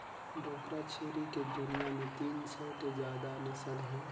बोकरा छेरी के दुनियां में तीन सौ ले जादा नसल हे